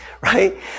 right